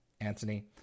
anthony